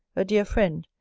a dear friend,